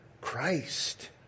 Christ